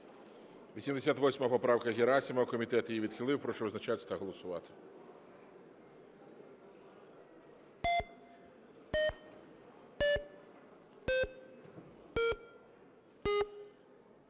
86 поправка Герасимова, комітетом відхилена. Прошу визначатись та голосувати.